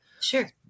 sure